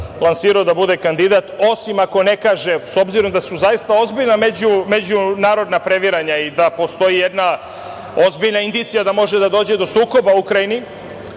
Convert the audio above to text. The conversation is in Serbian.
lansirao da bude kandidat, osim ako ne kaže, s obzirom da su zaista ozbiljna međunarodna previranja i da postoji jedna ozbiljna indicija da može da dođe do sukoba u Ukrajini,